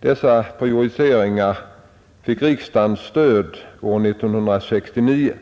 Dessa prioriteringar fick riksdagens stöd år 1969.